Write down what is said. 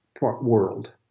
world